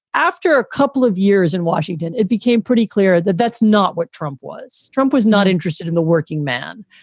after a couple of years in washington, it became pretty clear that that's not what trump was. trump was not interested in the working man.